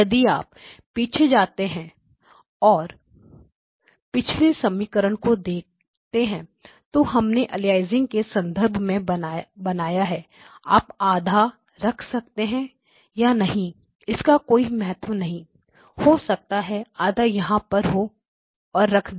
यदि आप पीछे जाते हैं और पिछले समीकरण को देखते हैं जो हमने अलियासिंग के संदर्भ में बनाया है A12H0F0H1F1 आप आधा रख सकते हैं या नहीं इसका कोई महत्व नहीं हो सकता है आधा यहां पर और रख दें